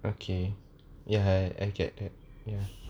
okay ya I get it ya